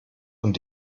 und